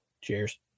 cheers